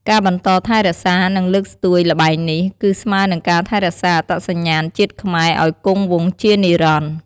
ការបន្តថែរក្សា និងលើកស្ទួយល្បែងនេះ គឺស្មើនឹងការថែរក្សាអត្តសញ្ញាណជាតិខ្មែរឱ្យគង់វង្សជានិរន្តរ៍។